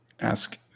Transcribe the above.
Ask